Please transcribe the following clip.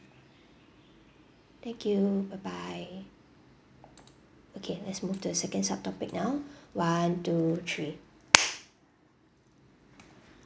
thank you bye bye okay let's move to the second subtopic now one two three